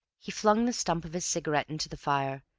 he flung the stump of his cigarette into the fire,